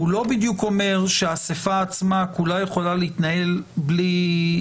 הוא לא בדיוק אומר שהאסיפה עצמה כולה יכולה להתנהל רק